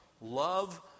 love